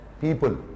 people